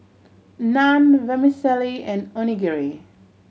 Naan Vermicelli and Onigiri